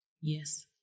Yes